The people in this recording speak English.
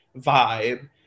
vibe